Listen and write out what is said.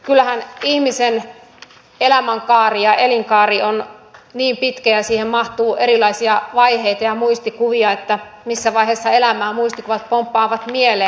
kyllähän ihmisen elämänkaari ja elinkaari on niin pitkä ja siihen mahtuu erilaisia vaiheita ja muistikuvia ja missä vaiheessa elämää muistikuvat pomppaavat mieleen